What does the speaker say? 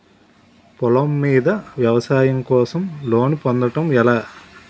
పొలం మీద వ్యవసాయం కోసం లోన్ పొందటం ఎలా?